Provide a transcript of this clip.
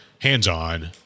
hands-on